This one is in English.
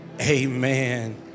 Amen